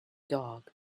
dog